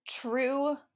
true